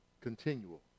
continual